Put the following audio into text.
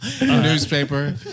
Newspaper